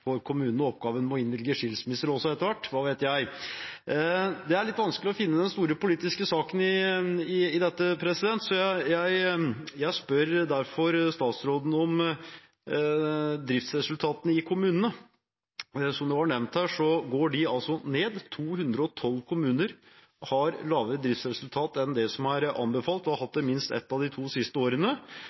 å innvilge skilsmisser også etter hvert – hva vet jeg. Det er litt vanskelig å finne den store politiske saken i dette, så jeg spør derfor statsråden om driftsresultatene i kommunene. Som det var nevnt her, går de altså ned. 212 kommuner har lavere driftsresultat enn det som er anbefalt, og har hatt det minst ett av de to siste årene.